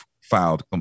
filed